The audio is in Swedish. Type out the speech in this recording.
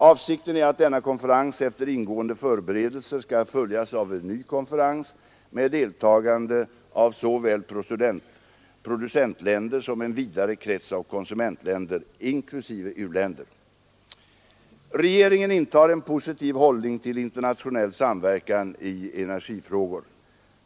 Avsikten är att denna konferens efter ingående förberedelser skall följas av en ny konferens med deltagande av såväl producentländer som en vidare krets av konsumentländer, inklusive u-länder. Regeringen intar en positiv hållning till internationell samverkan i energifrågor.